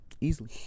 Easily